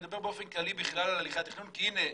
מדבר באופן כללי בכלל על הליכי התכנון כי הנה,